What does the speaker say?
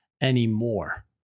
anymore